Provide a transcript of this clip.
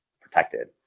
protected